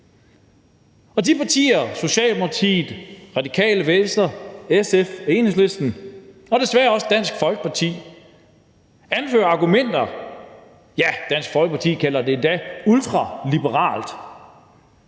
Der er partier – Socialdemokratiet, Radikale Venstre, SF, Enhedslisten og desværre også Dansk Folkeparti – der anfører, at det er liberalt, ja, Dansk Folkeparti kalder det endda ultraliberalt,